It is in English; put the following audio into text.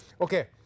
Okay